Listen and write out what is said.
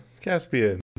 Caspian